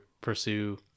pursue